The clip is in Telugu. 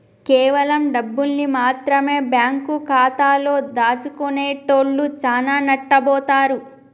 కేవలం డబ్బుల్ని మాత్రమె బ్యేంకు ఖాతాలో దాచుకునేటోల్లు చానా నట్టబోతారు